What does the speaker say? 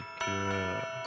girl